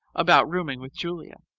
about rooming with julia.